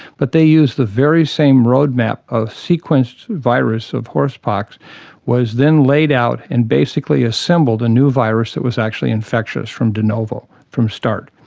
but they used the very same roadmap of sequenced virus of horsepox was then laid out and basically assembled a new virus that was actually infectious from de novo, from start.